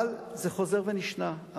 אבל זה חוזר ונשנה.